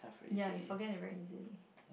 ya you forget to write easily